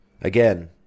Again